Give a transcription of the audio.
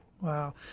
Wow